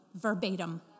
verbatim